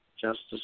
Justice